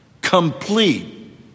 Complete